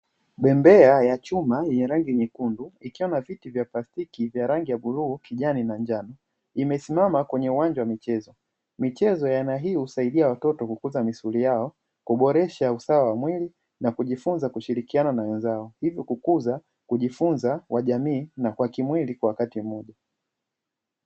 Bembea ya chuma yenye rangi nyekundu ikiwa na viti vya plastiki vya rangi ya bluu, kijani na njano, imesimama kwenye uwanja wa michezo. Michezo ya aina hii husaidia watoto kukuza misuli yao, kuboresha usawa wa mwili na kujifunza kushirikiana na wenzao, hivyo kukuza kujifunza kwa jamii na kwa kimwili kwa wakati mmoja.